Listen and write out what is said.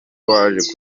waje